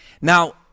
Now